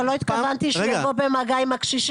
לא התכוונתי שהוא יבוא במגע עם הקשישים.